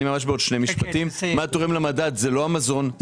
זה לא המזון,